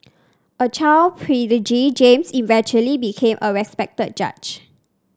a child prodigy James eventually became a respected judge